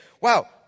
wow